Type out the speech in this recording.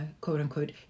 quote-unquote